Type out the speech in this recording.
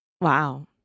Wow